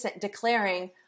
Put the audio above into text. declaring